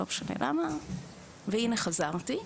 לא משנה למה והנה חזרתי.